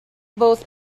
both